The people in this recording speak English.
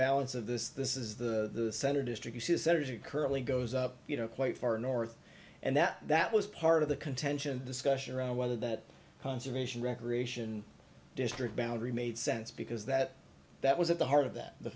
balance of this this is the center distribution centers are currently goes up you know quite far north and that that was part of the contention discussion around whether that conservation recreation district boundary made sense because that that was at the heart of that the